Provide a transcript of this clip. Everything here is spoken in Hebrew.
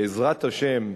בעזרת השם,